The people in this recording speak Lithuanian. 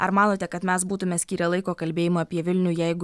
ar manote kad mes būtumėme skyrę laiko kalbėjimui apie vilnių jeigu